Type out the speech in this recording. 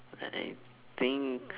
I think